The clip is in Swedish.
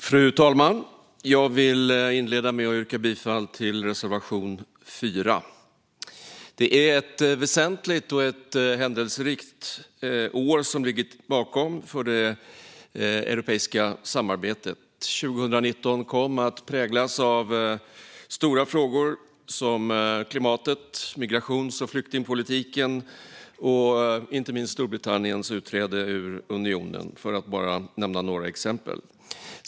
Fru talman! Jag vill inleda med att yrka bifall till reservation 4. Det europeiska samarbetet har ett väsentligt och händelserikt år bakom sig. År 2019 kom att präglas av stora frågor som klimatet, migrations och flyktingpolitiken och inte minst Storbritanniens utträde ur unionen, för att bara nämna några exempel.